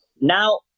Now